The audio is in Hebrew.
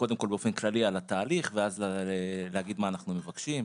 קודם כל באופן כללי על התהליך ואז להגיד מה אנחנו מבקשים.